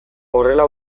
horrela